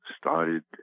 started